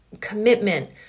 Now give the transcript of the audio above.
commitment